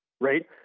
right